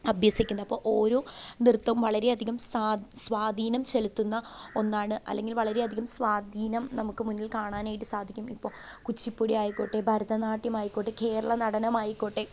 അഭ്യസിക്കുന്നത് അപ്പോൾ ഓരോ നൃത്തവും വളരെയധികം സ്വാധീനം ചെലുത്തുന്ന ഒന്നാണ് അല്ലെങ്കിൽ വളരെയധികം സ്വാധീനം നമുക്ക് മുന്നിൽ കാണാനായിട്ട് സാധിക്കും ഇപ്പോൾ കുച്ചുപ്പുടി ആയിക്കോട്ടെ ഭരതനാട്യം ആയിക്കോട്ടെ കേരളനടനം ആയിക്കോട്ടെ